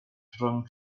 rhwng